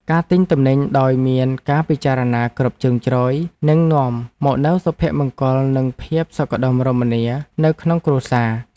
ការទិញទំនិញដោយមានការពិចារណាគ្រប់ជ្រុងជ្រោយនឹងនាំមកនូវសុភមង្គលនិងភាពសុខដុមរមនានៅក្នុងគ្រួសារ។